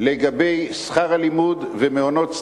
לגבי שכר הלימוד ומעונות סטודנטים,